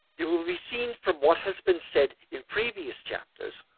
it will be seen, from what has been said in previous chapters,